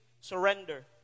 surrender